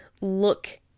look